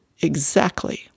Exactly